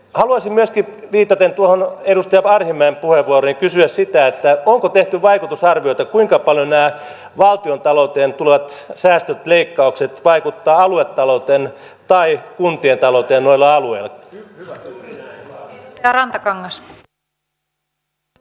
haluaisin myöskin viitata tuohon edustaja arhinmäen puheenvuoroon ja kysyä sitä onko tehty vaikutusarviota kuinka paljon nämä valtiontalouteen tulevat säästöt leikkaukset vaikuttavat aluetalouteen tai kuntien talouteen noilla alueilla